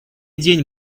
день